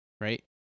right